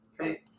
Okay